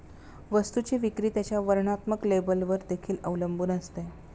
वस्तूची विक्री त्याच्या वर्णात्मक लेबलवर देखील अवलंबून असते